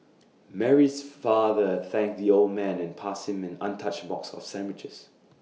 Mary's father thanked the old man and passed him an untouched box of sandwiches